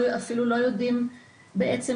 אפילו לא יודעים בעצם,